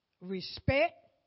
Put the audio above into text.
respect